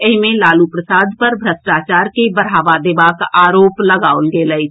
एहि मे लालू प्रसाद पर भ्रष्टाचार के बढ़ावा देबाक आरोप लगाओल गेल अछि